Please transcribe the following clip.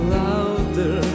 louder